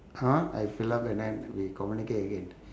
hold on I fill up and then we communicate again